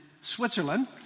Switzerland